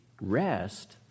rest